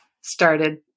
started